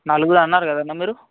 నలుగురు అన్నారు కదన్న మీరు